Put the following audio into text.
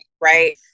right